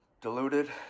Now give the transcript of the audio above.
Diluted